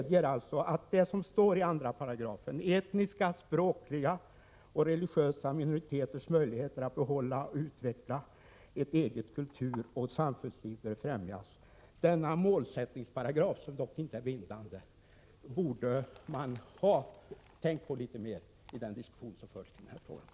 Det står i RF att etniska språkliga och religiösa minoriteters möjligheter att behålla och utveckla ett eget kulturoch samfundsliv bör främjas. Denna målsättningsparagraf, som dock inte är bindande, borde man ha tänkt på litet mer i den diskussion som förts i den här frågan.